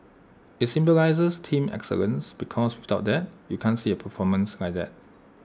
IT symbolises team excellence because without that you can't see A performance like that